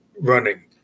running